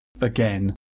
Again